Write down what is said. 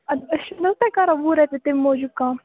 اَدٕ أسۍ چھِنَہ حظ تۄہہِ کَران وُہ رۄپیہِ تَمہِ موٗجوٗب کَم